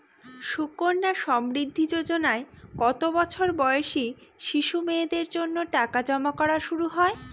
সুকন্যা সমৃদ্ধি যোজনায় কত বছর বয়সী শিশু মেয়েদের জন্য টাকা জমা করা শুরু হয়?